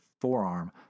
forearm